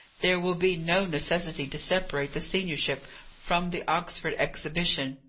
there will be no necessity to separate the seniorship from the oxford exhibition.